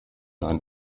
ein